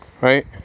right